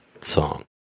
song